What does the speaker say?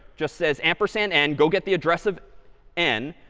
just says, ampersand n, go get the address of n.